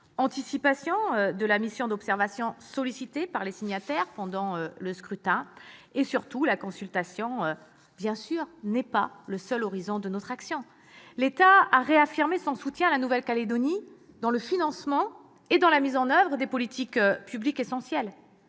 anticipation de la mission d'observation sollicitée par les signataires pendant le scrutin. Surtout, la consultation n'est pas le seul horizon de notre action. L'État a réaffirmé son soutien à la Nouvelle-Calédonie dans le financement et la mise en oeuvre de politiques publiques essentielles.